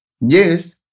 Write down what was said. Yes